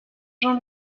jean